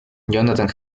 jonathan